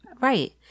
right